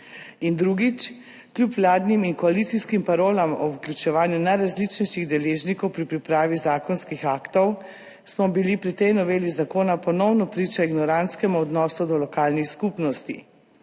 drugič, kljub vladnim in koalicijskim parolam o vključevanju najrazličnejših deležnikov pri pripravi zakonskih aktov smo bili pri tej noveli zakona ponovno priča ignorantskemu odnosu do lokalnih skupnosti.